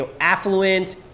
affluent